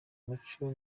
umuco